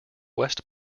west